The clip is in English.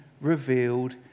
revealed